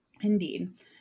Indeed